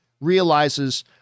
realizes